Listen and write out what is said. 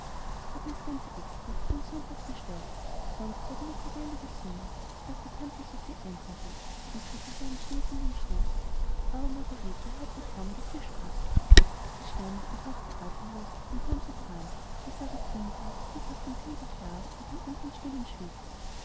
hab mir's ganz extra für den sonntag bestellt sonst werden nur choräle gesungen sagte tante sophie eintretend und schüttelte den schnee von den schuhen aber margarete hörte kaum daß sie sprach sie stand und horchte atemlos auf den hohen sopran der seraphimgleich sieghaft und silberklar über den anderen stimmen schwebte